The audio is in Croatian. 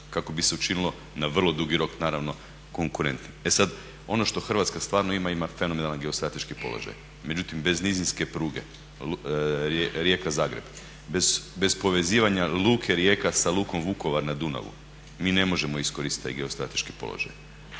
kako bi se učinilo na vrlo dugi rok naravno konkurentnim. E sad, ono što Hrvatska stvarno ima, ima fenomenalan geostrateški položaj, međutim bez nizinske pruge Rijeka-Zagreb, bez povezivanja luke Rijeka sa lukom Vukovar na Dunavu mi ne možemo iskoristit taj geostrateški položaj.